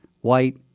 white